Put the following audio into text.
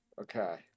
Okay